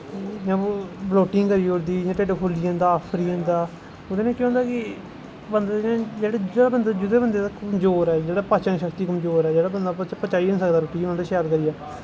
इ'यां बलोटिंग करी ओड़दी ढिड्ड फुल्ली जंदा ओह्दे नै केह् होंदा कि बंदे दा जेह्दा बंदे दा कमज़ोर जेह्ड़ा बंदा पाचन शक्ति कमज़ोर ऐ जेह्ड़ा बंदा पचाई नी सकदा रुट्टी शैल करियै